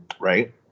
right